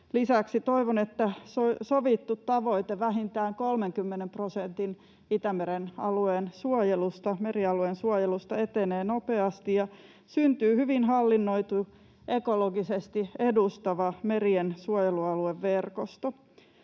toivon, että sovittu tavoite vähintään 30 prosentin Itämeren merialueesta suojelusta etenee nopeasti ja syntyy hyvin hallinnoitu, ekologisesti edustava merien suojelualueverkosto.